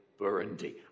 Burundi